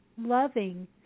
loving